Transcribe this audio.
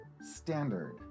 standard